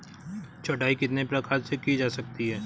छँटाई कितने प्रकार से की जा सकती है?